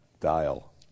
dial